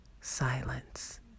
silence